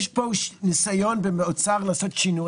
יש פה ניסיון באוצר לעשות שינוי.